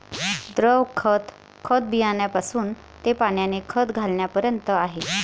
द्रव खत, खत बियाण्यापासून ते पाण्याने खत घालण्यापर्यंत आहे